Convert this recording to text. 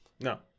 No